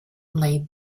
laid